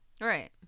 Right